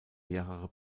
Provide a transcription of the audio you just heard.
mehrerer